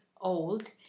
old